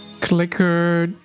Clicker